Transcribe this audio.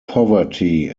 poverty